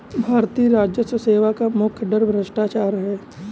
भारतीय राजस्व सेवा का मुख्य डर भ्रष्टाचार है